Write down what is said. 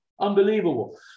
Unbelievable